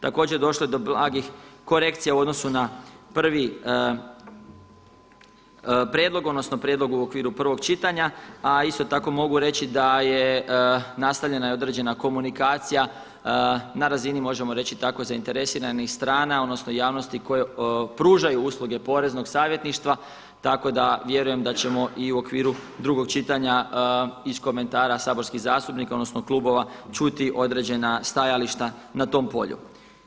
Također došlo je do blagih korekcija u odnosu na prvi prijedlog, odnosno prijedlog u okviru prvog čitanja, a isto tako mogu reći da je nastavljena i određena komunikacija na razini možemo reći tako zainteresiranih strana, odnosno javnosti koje pružaju usluge poreznog savjetništva tako da vjerujem da ćemo i u okviru drugog čitanja iz komentara saborskih zastupnika, odnosno klubova čuti određena stajališta na tom polju.